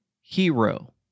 hero